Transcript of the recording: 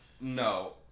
No